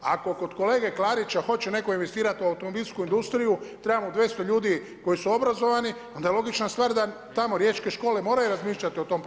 Ako kod kolege Klarića hoće netko investirati u automobilsku industriju, treba mu 200 ljudi koji su obrazovani, onda je logična stvar da tamo riječke škole moraju razmišljati o tom profilu kadra.